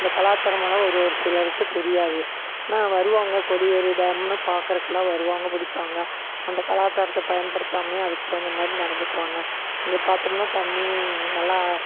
இந்த கலாச்சாரம் எல்லாம் ஒரு ஒரு சிலருக்கு தெரியாது ஆனால் வருவாங்கள் கொடிவேரி டேம்னு பார்க்குறக்குலாம் வருவாங்கள் பிடிப்பாங்க அந்த கலாச்சாரத்தை பயன்படுத்தாமயே அதுக்கு தகுந்த மாதிரி நடந்துக்குவாங்கள் இங்கே பார்த்தோம்னா தண்ணி நல்லா